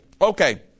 okay